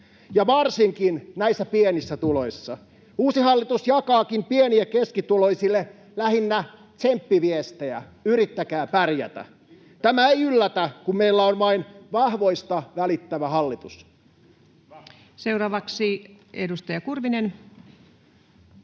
varsinkin näissä pienissä tuloissa. Uusi hallitus jakaakin pieni- ja keskituloisille lähinnä tsemppiviestejä: yrittäkää pärjätä. [Timo Harakka: Littipeukkua!] Tämä ei yllätä, kun meillä on vain vahvoista välittävä hallitus. [Speech 48] Speaker: Ensimmäinen